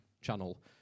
channel